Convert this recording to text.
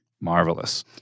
Marvelous